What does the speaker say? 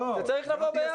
זה צריך לבוא ביחד.